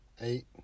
eight